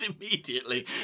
Immediately